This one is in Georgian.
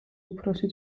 უფროსი